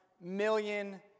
million